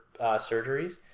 surgeries